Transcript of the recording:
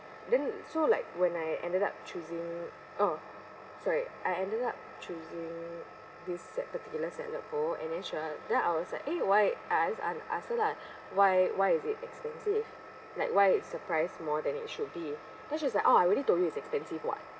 then so like when I ended up choosing ah sorry I ended up choosing this set particular salad bowl and then she was then I was like eh why I ask I ask her lah why why is it expensive like why is the price more than it should be then she's like ah I already told you it's expensive [what]